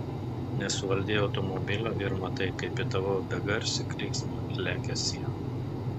nesuvaldei automobilio ir matai kaip į tavo begarsį klyksmą lekia siena